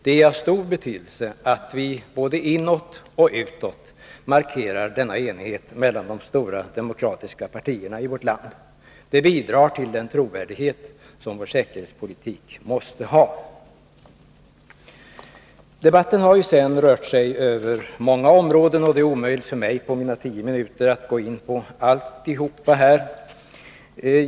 Det är av stor betydelse att vi både inåt och utåt markerar denna enighet mellan de stora demokratiska partierna i vårt land. Det bidrar till den trovärdighet som vår säkerhetspolitik måste ha. Debatten har sedan rört sig över många områden, och det är omöjligt för mig att på de tio minuter som står till mitt förfogande gå in på alltsammans.